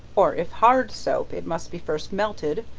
or if hard soap it must be first melted,